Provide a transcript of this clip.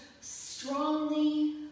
strongly